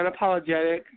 unapologetic